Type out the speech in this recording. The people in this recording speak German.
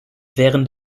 während